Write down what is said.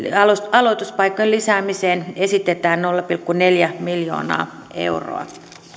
aloituspaikkojen lisäämiseen esitetään nolla pilkku neljää miljoonaa euroa